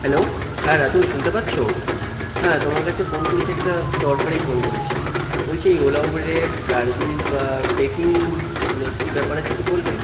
hello হ্যাঁ রাতুল শুনতে পাচ্ছো হ্যাঁ তোমার কাছে ফোন করেছি একটা দরকারেই ফোন করেছি বলছি এই ওলা উবেরের সার্ভিস বা রেটিং মানে কি ব্যাপার আছে একটু বলবে